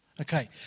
Okay